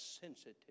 sensitive